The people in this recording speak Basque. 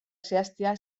zehaztea